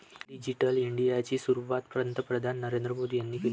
digital इंडियाची सुरुवात पंतप्रधान नरेंद्र मोदी यांनी केली